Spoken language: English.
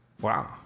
Wow